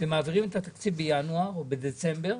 ומעבירים את התקציב בינואר או בדצמבר,